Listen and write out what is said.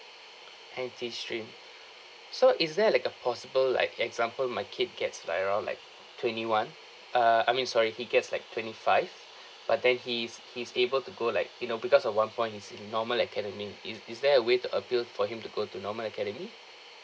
N_T stream so is there like a possible like example my kid gets like around like twenty one ah I mean sorry he gets like twenty five but then he's he's able to go like you know because of one point he's in normal academy is is there a way to appeal for him to go to normal academy